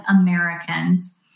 Americans